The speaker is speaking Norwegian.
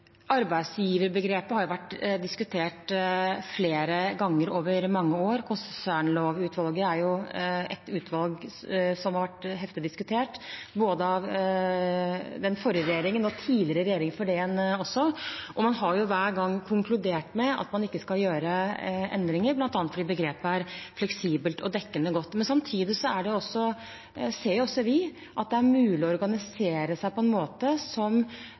Arbeidsgiverbegrepet har vært diskutert flere ganger over mange år. Konsernlovutvalget er et utvalg som har vært heftig diskutert, av både den forrige regjeringen og tidligere regjeringer før det igjen også, og man har hver gang konkludert med at man ikke skal gjøre endringer, bl.a. fordi begrepet er fleksibelt og godt dekkende. Men samtidig ser også vi at det er mulig å organisere seg på en måte som